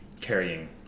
carrying